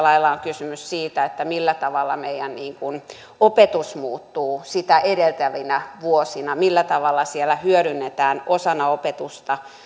lailla on kysymys siitä millä tavalla meidän opetus muuttuu sitä edeltävinä vuosina millä tavalla siellä hyödynnetään osana opetusta